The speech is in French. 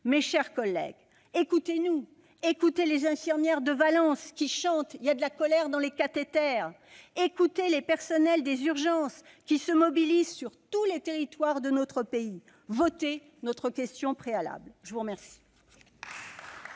Mes chers collègues, écoutez-nous, écoutez les infirmières de Valence qui chantent :« Y a de la colère dans les cathéters !» Écoutez les personnels des urgences qui se mobilisent sur tous les territoires de notre pays. Votez notre motion tendant à opposer